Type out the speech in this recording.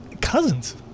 Cousins